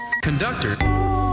Conductor